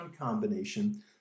combination